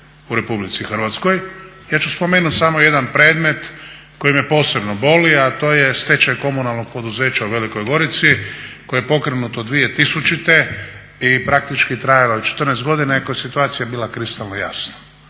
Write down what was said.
u Republici Hrvatskoj. Ja ću spomenut samo jedan predmet koji me posebno boli, a to je stečaj komunalnog poduzeća u Velikoj Gorici koje je pokrenuto 2000. i praktički trajalo je 14 godina iako je situacija bila kristalno jasna.